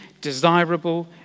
desirable